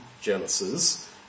Genesis